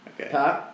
Okay